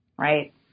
right